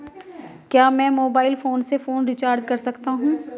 क्या मैं mobile phone से फोन रिचार्ज कर सकता हूं?